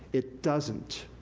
it doesn't.